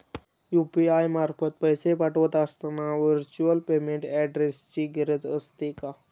UPI मार्फत पैसे पाठवत असताना व्हर्च्युअल पेमेंट ऍड्रेसची गरज असते का?